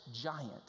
giant